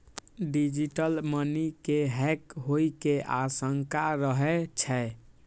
digital money के hack होइ के आशंका रहै छै